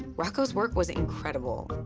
rocco's work was incredible.